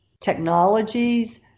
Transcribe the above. technologies